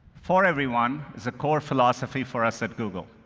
for everyone is a core philosophy for us at google.